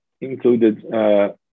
included